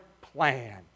plan